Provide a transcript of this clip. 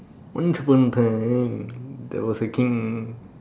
once upon a time there was a king